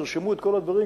תרשמו את כל הדברים,